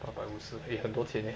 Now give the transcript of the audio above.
八百五十 eh 很多钱 leh